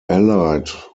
allied